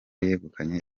yegukanye